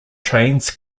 trains